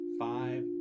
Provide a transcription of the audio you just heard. five